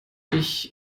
ich